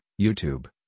YouTube